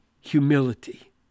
humility